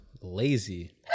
lazy